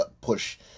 push